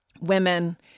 women